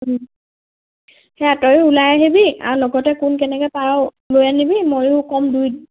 সেয়া ওলাই আহিবি আৰু লগতে কোন কেনেকে পাৰ লৈ আনিবি ময়ো কম